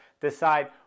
decide